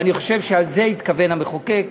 ואני חושב שלזה התכוון המחוקק,